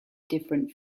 different